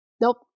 Nope